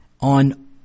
on